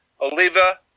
Oliva